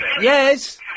Yes